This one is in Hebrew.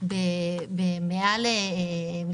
מעל 1.5